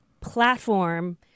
platform